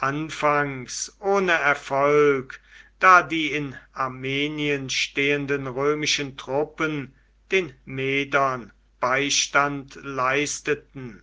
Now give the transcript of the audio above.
anfangs ohne erfolg da die in armenien stehenden römischen truppen den medern beistand leisteten